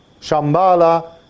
Shambhala